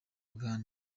uganda